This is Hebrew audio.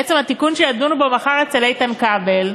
בעצם התיקון שידונו בו מחר אצל איתן כבל,